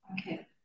Okay